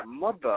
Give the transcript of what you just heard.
mother